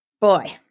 boy